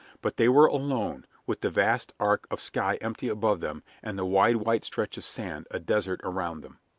but they were alone, with the vast arch of sky empty above them and the wide white stretch of sand a desert around them.